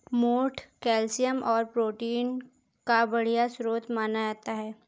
मोठ कैल्शियम और प्रोटीन का बढ़िया स्रोत माना जाता है